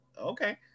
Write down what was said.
okay